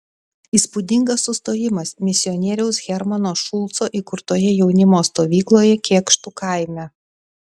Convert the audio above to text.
įspūdingas sustojimas misionieriaus hermano šulco įkurtoje jaunimo stovykloje kėkštų kaime